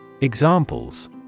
Examples